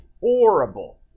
horrible